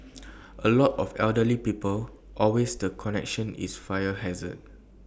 A lot of elderly people always the connection is fire hazard